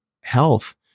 health